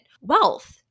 Wealth